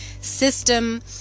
system